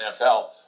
NFL